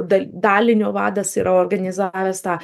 dal dalinio vadas yra organizavęs tą